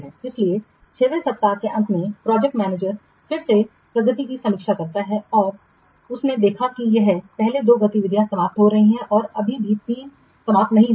इसलिए 6 वें सप्ताह के अंत में प्रोजेक्ट मैनेजर फिर से प्रगति की समीक्षा करता है और उसने देखा है कि पहले दो गतिविधियां समाप्त हो रही हैं और अभी भी तीन समाप्त नहीं हुई हैं